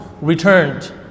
returned